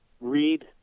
read